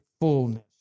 fullness